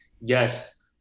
yes